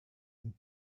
and